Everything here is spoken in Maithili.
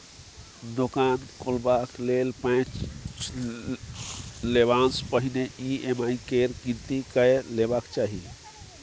दोकान खोलबाक लेल पैंच लेबासँ पहिने ई.एम.आई केर गिनती कए लेबाक चाही